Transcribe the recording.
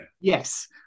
Yes